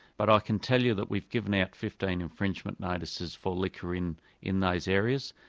but i can tell you that we've given out fifteen infringement notices for liquor in in those areas.